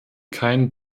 kein